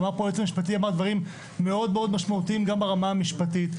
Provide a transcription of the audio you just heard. היועץ המשפטי אמר דברים מאוד מאוד משמעותיים גם ברמה המשפטית.